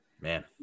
man